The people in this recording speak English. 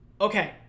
okay